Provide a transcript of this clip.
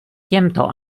těmto